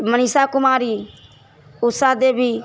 Manisha Kumari Usha Devi